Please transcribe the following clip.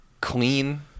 clean